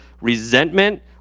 resentment